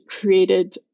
created